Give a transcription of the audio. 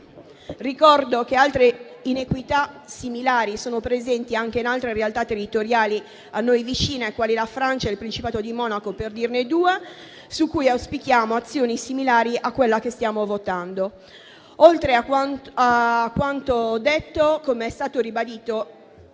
Ricordo che altre inequità similari sono presenti anche in altre realtà territoriali a noi vicine, quali la Francia e il Principato di Monaco, per citarne due, su cui auspichiamo azioni similari a quella che stiamo votando. Oltre a quanto detto, come è stato ribadito